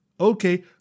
Okay